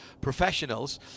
professionals